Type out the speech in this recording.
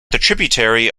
tributary